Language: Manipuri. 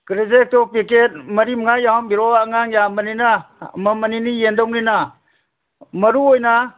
ꯀ꯭ꯔꯦꯖꯦꯛꯇꯣ ꯄꯦꯀꯦꯠ ꯃꯔꯤ ꯃꯉꯥ ꯌꯥꯎꯍꯟꯕꯤꯔꯛꯑꯣ ꯑꯉꯥꯡ ꯌꯥꯝꯕꯅꯤꯅ ꯑꯃꯃꯝ ꯑꯅꯤꯅꯤ ꯌꯦꯟꯗꯧꯅꯤꯅ ꯃꯔꯨ ꯑꯣꯏꯅ